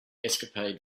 escapade